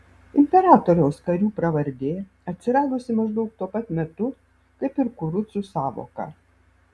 imperatoriaus karių pravardė atsiradusi maždaug tuo pat metu kaip ir kurucų sąvoka